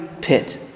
pit